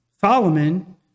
Solomon